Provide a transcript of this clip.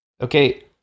okay